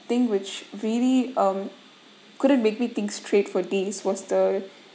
thing which really um couldn't make me think straight for days was the